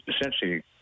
essentially